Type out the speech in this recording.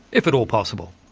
if at all possible.